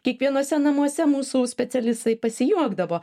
kiekvienuose namuose mūsų specialistai pasijuokdavo